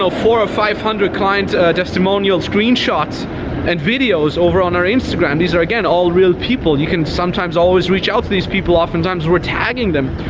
four or five hundred clients testimonials, screenshots and videos over on our instagram. these are, again, all real people. you can sometimes always reach out to these people. oftentimes we're tagging them.